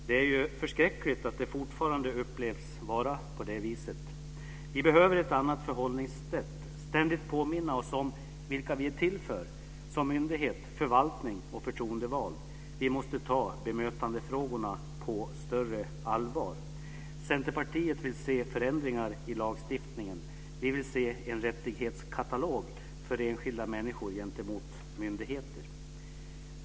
Det är ju förskräckligt att det fortfarande upplevs vara på det viset. Vi behöver ett annat förhållningssätt och ständigt påminna oss om vilka vi är till för som myndighet, förvaltning och förtroendevalda. Vi måste ta bemötandefrågorna på större allvar. Centerpartiet vill se förändringar i lagstiftningen. Vi vill se en rättighetskatalog för enskilda människor gentemot myndigheter.